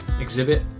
Exhibit